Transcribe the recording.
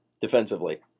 defensively